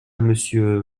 monsieur